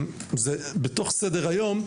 זה בתוך סדר היום,